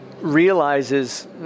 realizes